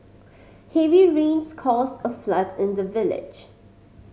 heavy rains caused a flood in the village